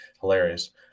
Hilarious